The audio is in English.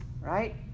right